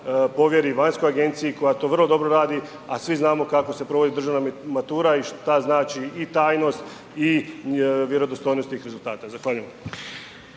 povjeri vanjskoj agenciji koja to vrlo dobro radi, a svi znamo kako se provodi državna matura i šta znači i tajnost i vjerodostojnost tih rezultata. Zahvaljujem.